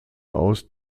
aus